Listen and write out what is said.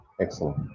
Excellent